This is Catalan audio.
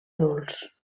adults